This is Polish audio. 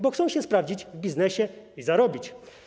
Bo chcą się sprawdzić w biznesie i zarobić.